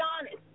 honest